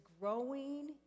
growing